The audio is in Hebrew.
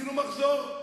עשינו מחזור.